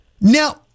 Now